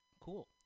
Cool